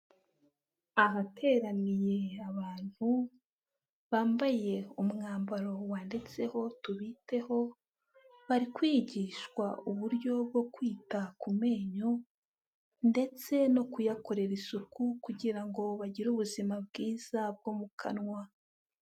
Ahateraniye abantu bambaye umwambaro wanditseho tubiteho, bari kwigishwa uburyo bwo kwita ku menyo ndetse no kuyakorera isuku kugira ngo bagire ubuzima bwiza bwo mu kanwa.